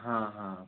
हाँ हाँ